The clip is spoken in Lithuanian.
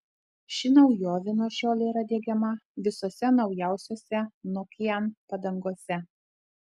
ši naujovė nuo šiol yra diegiama visose naujausiose nokian padangose